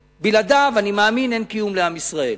בלעדיו, אני מאמין, אין קיום לעם ישראל.